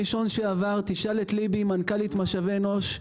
תשאל את ליבי מנכ"לית משאבי אנוש,